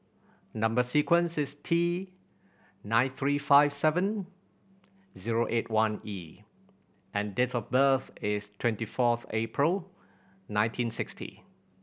number sequence is T nine three five seven zero eight one E and date of birth is twenty fourth April nineteen sixty